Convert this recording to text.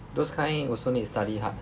those kind also need to study hard